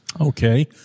Okay